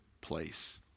place